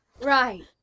Right